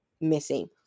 missing